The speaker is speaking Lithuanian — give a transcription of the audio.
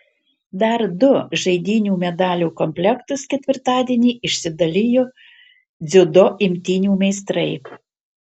dar du žaidynių medalių komplektus ketvirtadienį išsidalijo dziudo imtynių meistrai